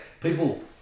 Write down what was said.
People